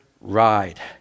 ride